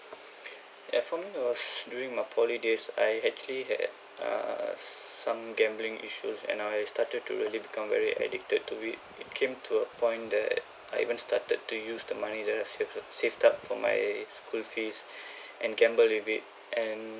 ya for me it was during my poly days I actually had err some gambling issues and I've started to really become very addicted to it it came to a point that I even started to use the money that I've saved u~ saved up for my school fees and gamble with it and